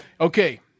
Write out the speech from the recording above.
Okay